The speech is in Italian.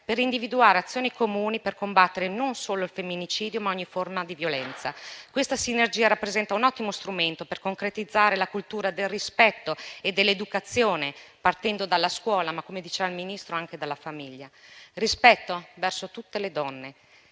per individuare azioni comuni volte a combattere non solo il femminicidio, ma ogni forma di violenza. Questa sinergia rappresenta un ottimo strumento per concretizzare la cultura del rispetto e dell'educazione, partendo dalla scuola, ma - come diceva il Ministro - anche dalla famiglia. Rispetto verso tutte le donne.